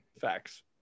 facts